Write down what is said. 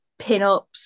pinups